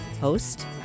Host